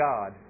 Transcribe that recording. God